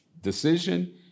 decision